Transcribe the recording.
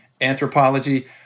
anthropology